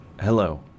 Hello